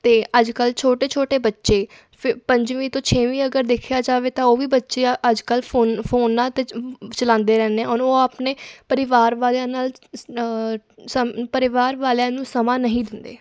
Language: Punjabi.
ਅਤੇ ਅੱਜ ਕੱਲ੍ਹ ਛੋਟੇ ਛੋਟੇ ਬੱਚੇ ਫਿ ਪੰਜਵੀਂ ਤੋਂ ਛੇਵੀਂ ਅਗਰ ਦੇਖਿਆ ਜਾਵੇ ਤਾਂ ਉਹ ਵੀ ਬੱਚੇ ਆ ਅੱਜ ਕੱਲ੍ਹ ਫੋਨ ਫੋਨਾਂ 'ਤੇ ਚਲਾਉਂਦੇ ਰਹਿੰਦੇ ਆ ਉਹਨੂੰ ਉਹ ਆਪਣੇ ਪਰਿਵਾਰ ਵਾਲਿਆਂ ਨਾਲ ਸ ਸਮ ਪਰਿਵਾਰ ਵਾਲਿਆਂ ਨੂੰ ਸਮਾਂ ਨਹੀਂ ਦਿੰਦੇ